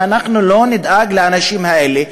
אם אנחנו לא נדאג לאנשים האלה,